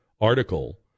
article